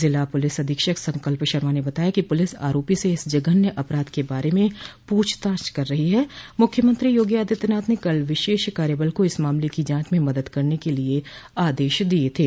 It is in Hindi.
जिला पुलिस अधीक्षक संकल्प शर्मा ने बताया कि पुलिस आरोपी से इस जघन्य अपराध के बारे में पूछताछ कर रही है मुख्यमंत्री योगी आदित्यनाथ ने कल विशेष कार्यबल को इस मामले की जांच में मदद करने के लिए आदेश दिए थे